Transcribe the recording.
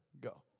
Go